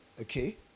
okay